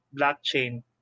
blockchain